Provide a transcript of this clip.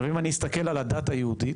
אם אני אסתכל על הדת היהודית,